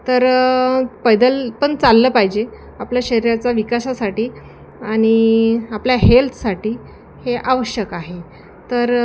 तर पैदल पण चाललं पाहिजे आपल्या शरीराचा विकासासाठी आणि आपल्या हेल्थसाठी हे आवश्यक आहे तर